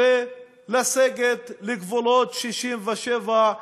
וייסוגו לגבולות 67',